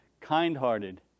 kind-hearted